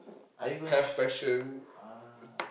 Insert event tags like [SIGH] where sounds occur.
are you gonna sh~ [NOISE] ah